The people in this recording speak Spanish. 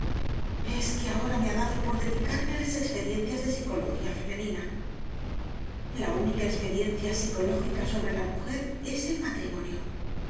es que ahora me ha dado por dedicarme a las experiencias de psicología femenina la única experiencia psicológica sobre la mujer es el matrimonio